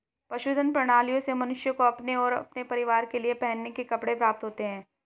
पशुधन प्रणालियों से मनुष्य को अपने और अपने परिवार के लिए पहनने के कपड़े प्राप्त होते हैं